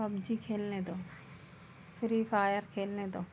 PUBG खेलने दो free fire खेलने दो